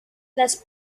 las